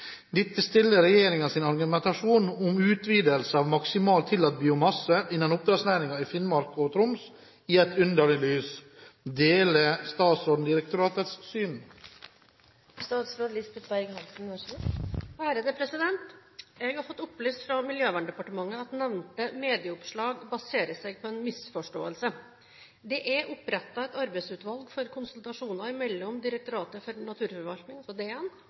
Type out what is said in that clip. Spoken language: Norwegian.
Dette stiller regjeringens argumentasjon om utvidelse av maksimal tillatt biomasse innen oppdrettsnæringen i Finnmark og Troms i et underlig lys. Deler statsråden direktoratets syn?» Jeg har fått opplyst fra Miljøverndepartementet at nevnte medieoppslag baserer seg på en misforståelse. Det er opprettet et arbeidsutvalg for konsultasjoner mellom Direktoratet for naturforvaltning,